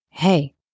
Hey